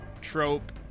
trope